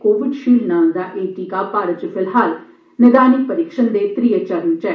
Covishield नां दा ए टीका भारत च फिलहाल नैदानिक परीक्षण दे त्रिये चरण च ऐ